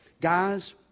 Guys